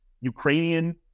Ukrainian